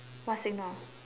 what signal